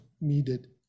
needed